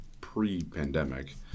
pre-pandemic